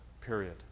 period